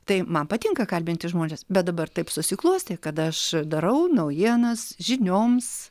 tai man patinka kalbinti žmones bet dabar taip susiklostė kad aš darau naujienas žinioms